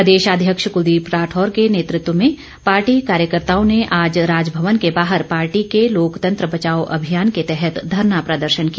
प्रदेशाध्यक्ष कुलदीप राठौर के नेतृत्व में पार्टी कार्यकर्ताओं ने आज राजभवन के बाहर पार्टी के लोकतंत्र बचाओ अभियान के तहत धरना प्रदर्शन किया